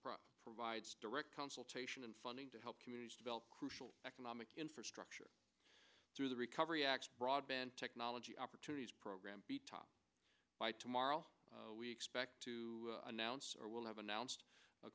provide direct consultation and funding to help communities develop crucial economic infrastructure through the recovery act broadband technology opportunities program be taught by tomorrow we expect to announce or we'll have announced